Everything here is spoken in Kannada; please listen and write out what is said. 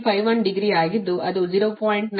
51 ಡಿಗ್ರಿ ಆಗಿದ್ದು ಅದು 0